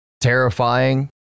terrifying